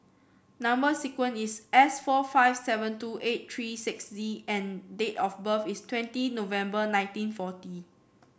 number sequence is S four five seven two eight three six Z and date of birth is twenty November nineteen forty